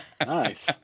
Nice